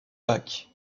bac